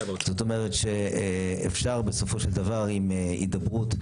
כלומר אפשר בסופו של דבר עם הידברות,